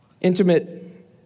intimate